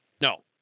No